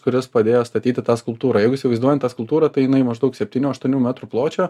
kuris padėjo statyti tą skulptūrą jeigu įsivaizduojant tą skulptūrą tai jinai maždaug septynių aštuonių metrų pločio